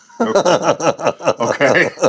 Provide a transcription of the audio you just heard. Okay